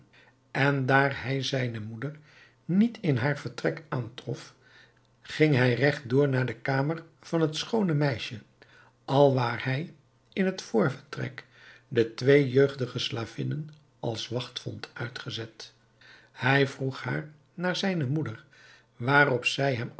en daar hij zijne moeder niet in haar vertrek aantrof ging hij regt door naar de kamer van het schoone meisje alwaar hij in het voorvertrek de twee jeugdige slavinnen als wacht vond uitgezet hij vroeg haar naar zijne moeder waarop zij hem